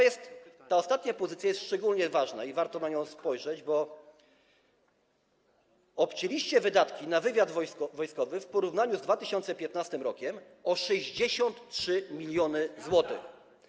I ta ostatnia pozycja jest szczególnie ważna i warto na nią spojrzeć, bo obcięliście wydatki na wywiad wojskowy w porównaniu z 2015 r. o 63 mln zł.